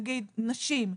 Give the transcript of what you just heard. נגיד נשים,